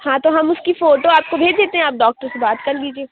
ہاں تو ہم اُس کی فوٹو آپ کو بھیج دیتے ہیں آپ ڈاکٹر سے بات کر لیجیے